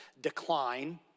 decline